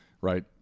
right